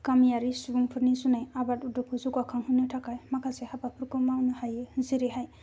गामियारि सुबुंफोरनि जुनै आबाद उद्यगखौ जौगाखांहोनो थाखाय माखासे हाबाफोरखौ मावनो हायो जेरैहाय